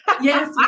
Yes